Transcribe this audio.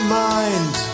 mind